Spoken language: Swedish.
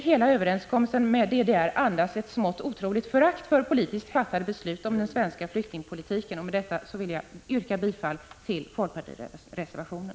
Hela överenskommelsen med DDR andas ett smått otroligt förakt för politiskt fattade beslut om den svenska flyktingpolitiken. Med detta yrkar jag bifall till folkpartireservationen.